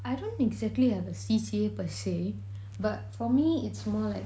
I don't exactly have a C_C_A per se but for me it's more like